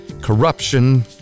corruption